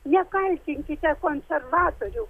nekaltinkite konservatorių